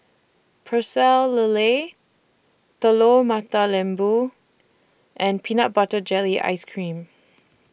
Pecel Lele Telur Mata Lembu and Peanut Butter Jelly Ice Cream